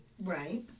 Right